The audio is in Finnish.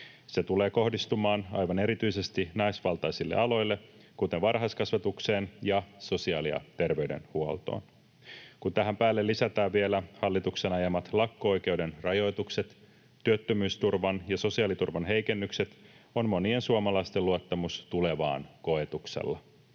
Se tulee kohdistumaan aivan erityisesti naisvaltaisille aloille, kuten varhaiskasvatukseen ja sosiaali- ja terveydenhuoltoon. Kun tähän päälle lisätään vielä hallituksen ajamat lakko-oikeuden rajoitukset sekä työttömyysturvan ja sosiaaliturvan heikennykset, on monien suomalaisten luottamus tulevaan koetuksella.